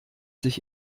sich